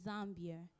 Zambia